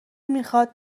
میخواد